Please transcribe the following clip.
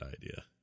idea